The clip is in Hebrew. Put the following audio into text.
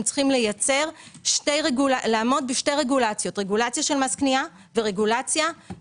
צריכים לעמוד בשתי רגולציות של מס קנייה ושל בלו.